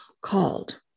called